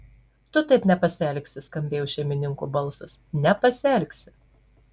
tu taip nepasielgsi skambėjo šeimininko balsas nepasielgsi